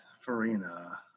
Farina